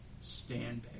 stand